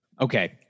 Okay